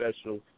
special